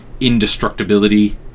indestructibility